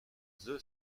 the